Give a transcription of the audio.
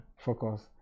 focus